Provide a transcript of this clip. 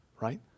right